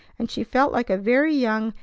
and she felt like a very young,